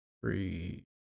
three